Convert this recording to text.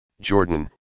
Jordan